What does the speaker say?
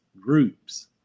groups